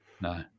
No